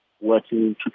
working